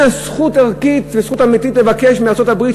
אין לה זכות ערכית וזכות אמיתית לבקש מארצות-הברית,